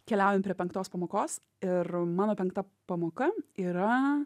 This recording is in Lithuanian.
keliaujam prie penktos pamokos ir mano penkta pamoka yra